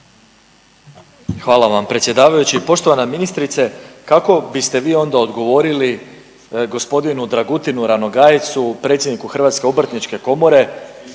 Hvala vam predsjedavajući. Poštovana ministrice kako biste vi onda odgovorili gospodinu Dragutinu Ranogajecu predsjedniku Hrvatske obrtničke komore